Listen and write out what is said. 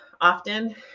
often